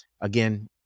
Again